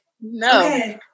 No